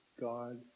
God